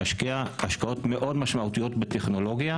להשקיע השקעות מאוד משמעותיות בטכנולוגיה